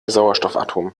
sauerstoffatomen